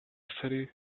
city